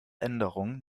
änderung